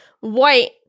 white